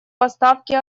поставки